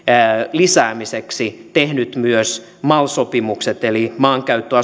lisäämiseksi tehnyt myös mal sopimukset eli maankäytön